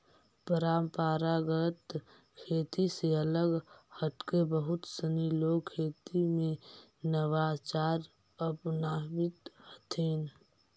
परम्परागत खेती से अलग हटके बहुत सनी लोग खेती में नवाचार अपनावित हथिन